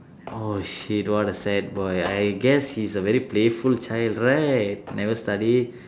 oh shit what a sad boy I guess he's a very playful child right never study